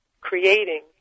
creating